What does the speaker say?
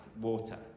water